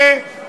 שאני